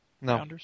No